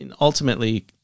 ultimately